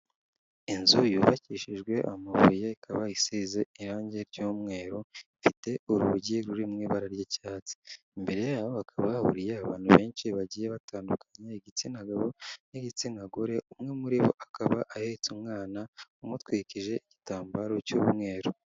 Inzu yubakishijwe amabuye ikaba isize irangi ry'umweru, ifite urugi ruri mu ibara ry'icyatsi, imbere yaho hakaba hahuriye abantu benshi bagiye batandukanye igitsina gabo n'igitsina gore, umwe muri bo akaba ahetse umwana, umutwikije igitambaro cy'umweru.